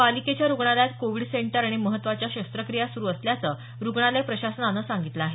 पालिकेच्या रुग्णालयात Covid centre आणि महत्वाच्या शस्त्रक्रिया सुरू असल्याचे रुग्णालय प्रशासनानं सांगितलं आहे